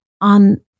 on